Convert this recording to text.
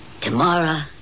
Tomorrow